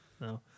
No